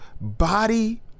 body